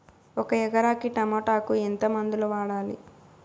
ఒక ఎకరాకి టమోటా కు ఎంత మందులు వాడాలి?